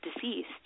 deceased